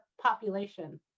population